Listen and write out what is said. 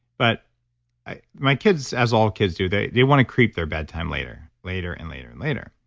but my kids, as all kids do, they they want to creep their bedtime later, later, and later, and later.